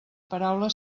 paraula